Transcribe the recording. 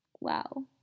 wow